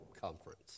conference